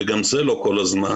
וגם זה לא כל הזמן,